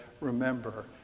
Remember